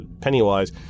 Pennywise